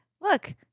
look